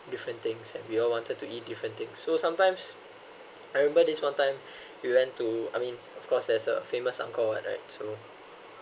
different things and we all wanted to eat different things so sometimes I remember this one time we went to I mean of course there's the famous angkor wat right